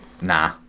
nah